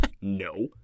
No